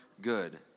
good